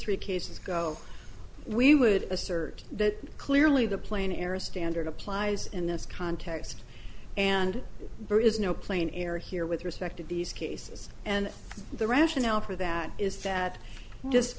three cases go we would assert that clearly the plane era standard applies in this context and bird is no plane error here with respect to these cases and the rationale for that is that just